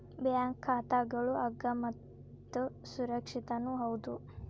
bank ಖಾತಾಗಳು ಅಗ್ಗ ಮತ್ತು ಸುರಕ್ಷಿತನೂ ಹೌದು